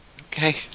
Okay